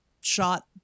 shot